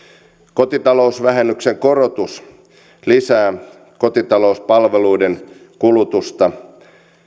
kotitalousvähennyksen korotus lisää kotitalouspalveluiden kulutusta